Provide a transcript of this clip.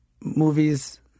movies